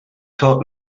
taught